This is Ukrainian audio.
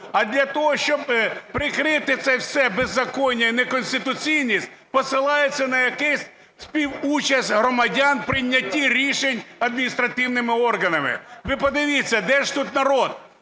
А для того, щоб прикрити це все беззаконня і неконституційність, посилаються на якусь співучасть громадян у прийнятті рішень адміністративними органами. Ви подивіться, де ж тут народ?